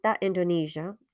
Indonesia